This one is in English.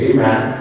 Amen